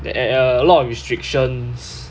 there eh err a lot of restrictions